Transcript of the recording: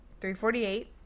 348